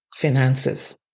Finances